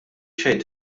xejn